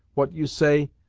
what you say,